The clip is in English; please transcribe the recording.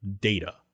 data